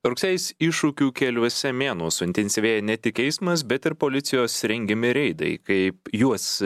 rugsėjis iššūkių keliuose mėnuo suintensyvėja ne tik eismas bet ir policijos rengiami reidai kaip juos